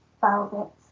velvet